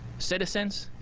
citizens,